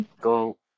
Go